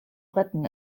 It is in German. retten